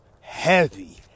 Heavy